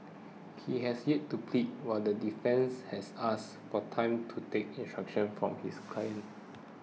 he has yet to plead while the defence has asked for time to take instructions from his client